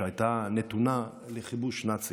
שהייתה נתונה לכיבוש נאצי,